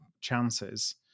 chances